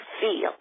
feel